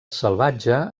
salvatge